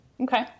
Okay